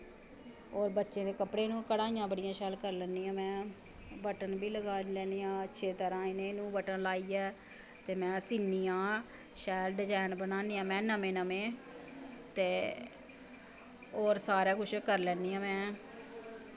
होर बच्चें दे कपड़ें नूं कढ़ाइयां बड़ियां शैल कर लैन्नी आं में बटन बी लगा लैन्नी आं अच्छी तरहां ने इ'नां नूं बटन लाइयै ते में सीह्नी आं ते शैल डजैन बनानी आं नमें नमें ते होर सारा कुछ करी लैन्नी आं में